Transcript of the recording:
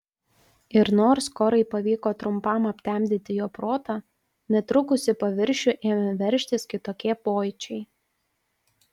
ir nors korai pavyko trumpam aptemdyti jo protą netrukus į paviršių ėmė veržtis kitokie pojūčiai